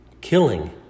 Killing